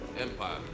empire